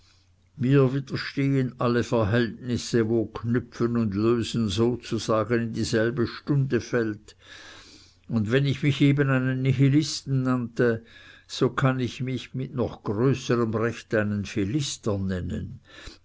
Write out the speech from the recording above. mir widerstehen alle verhältnisse wo knüpfen und lösen sozusagen in dieselbe stunde fällt und wenn ich mich eben einen nihilisten nannte so kann ich mich mit noch größerem recht einen philister nennen